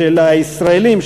של הישראלים,